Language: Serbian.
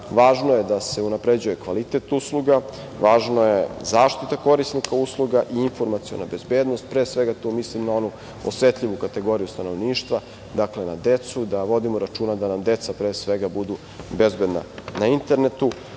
Važno je da se unapređuje kvalitet usluga. Važna je i zaštita korisnika usluga i informaciona bezbednost. Pre svega, tu mislim na onu osetljivu kategoriju stanovništva, na decu, da vodimo računa da nam deca pre svega budu bezbedna na internetu.